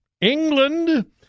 England